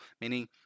meaning